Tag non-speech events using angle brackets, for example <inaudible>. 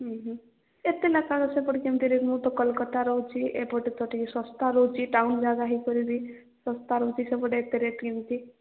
ଏତେ ଲେଖାଏଁ ସେପଟେ କେମିତି <unintelligible> ମୁଁ ତ କୋଲକାତାରେ ରହୁଛି ଏପଟେ ତ ଟିକେ ଶସ୍ତା ରହୁଛି ଟାଉନ୍ ଜାଗା ହେଇକରି ବି ଶସ୍ତା ରହୁଛି ସେପଟେ ଏତେ ରେଟ୍ କେମିତି